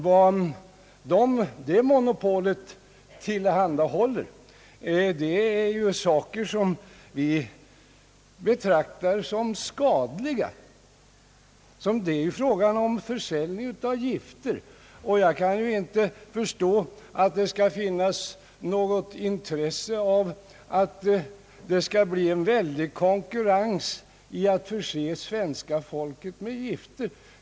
Vad det monopolet tillhandahåller är ju saker som vi betraktar som skadliga. Det är fråga om försäljning av gifter, och jag kan inte förstå att det skall finnas något intresse av att det skall bli en stor konkurrens, när det gäller att förse svenska folket med gifter.